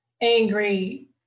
angry